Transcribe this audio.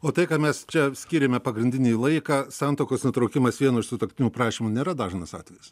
o tai ką mes čia skyrėme pagrindinį laiką santuokos nutraukimas vieno iš sutuoktinių prašymu nėra dažnas atvejis